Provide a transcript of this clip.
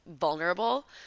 vulnerable